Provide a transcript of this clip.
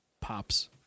pops